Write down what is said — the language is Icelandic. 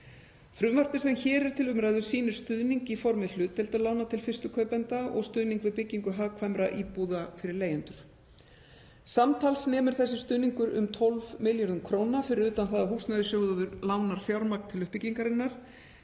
Frumvarpið sem hér er til umræðu sýnir stuðning í formi hlutdeildarlána til fyrstu kaupenda og stuðning við byggingu hagkvæmra íbúða fyrir leigjendur. Samtals nemur þessi stuðningur um 12 milljörðum kr. fyrir utan það að Húsnæðissjóður lánar fjármagn til uppbyggingarinnar,